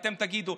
אתם תגידו,